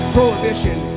Prohibition